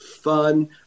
fun